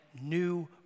new